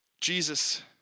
Jesus